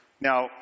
Now